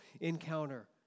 encounter